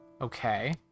Okay